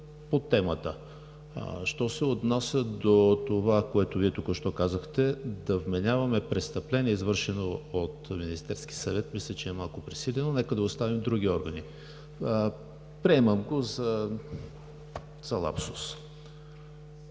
по темата. Що се отнася до това, което Вие току-що казахте, да вменяваме престъпление, извършено от Министерския съвет, мисля, че е малко пресилено. Нека да оставим на други органи. Приемам го за лапсус.